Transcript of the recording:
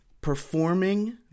performing